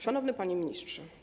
Szanowny Panie Ministrze!